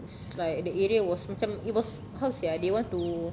it's like the area was macam it was how to say ah they want to